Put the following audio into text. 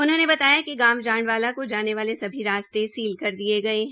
उन्होंने बताया कि गांव जांडवाला को जाने वाले सभी रास्ते सील कर दिये गये है